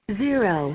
zero